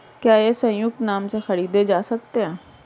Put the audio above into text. क्या ये संयुक्त नाम से खरीदे जा सकते हैं?